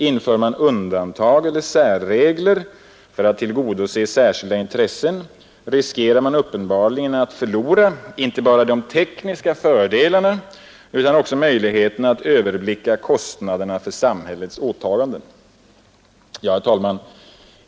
Inför man undantag eller särregler för att tillgodose särskilda intressen, riskerar man uppenbarligen att förlora inte bara de tekniska fördelarna utan också möjligheterna att överblicka kostnaderna för samhällets åtaganden.” Herr talman!